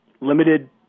limited